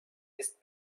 ist